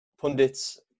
pundits